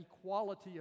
equality